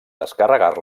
descarregar